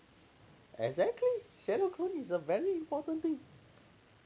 I also think shadow clone is a import~ important thing